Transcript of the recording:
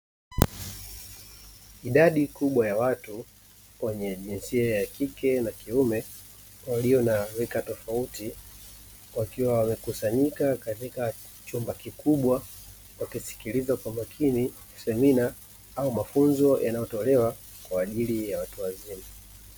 Idadi kubwa ya watu wenye jinsia ya kike na kiume walio na rika tofauti wakiwa wamekusanyika katika chumba kikubwa wakisikiliza kwa makini semina au mafunzo yanayotolewa kwa ajili ya watu wazima.